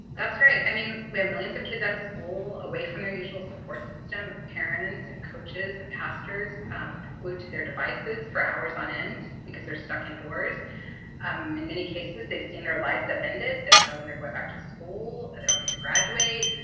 that's right. i mean, we millions of kids out of school, away from their usual support system of parents and coaches and pastors and glued to their devices for hours on end because they're stuck indoors. um in many cases, they've seen their lives upended. they don't know when they're going back to school. they don't get to graduate.